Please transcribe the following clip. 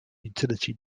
utility